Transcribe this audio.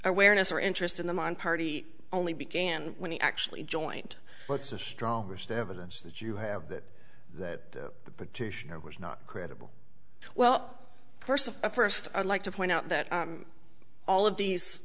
awareness or interest in the man party only began when he actually joint what's the strongest evidence that you have that that the petitioner was not credible well first of first i'd like to point out that all of these